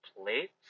plate